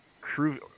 crew